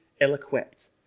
ill-equipped